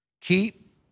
Keep